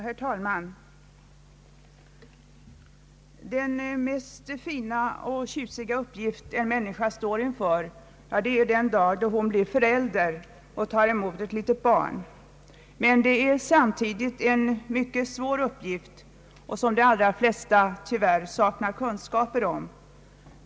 Herr talman! Den finaste och tjusigaste uppgift en människa kan ställas inför är att hon blir förälder och får ta emot ett litet barn, men det är samtidigt en mycket svår uppgift, som de allra flesta tyvärr saknar kunskaper om.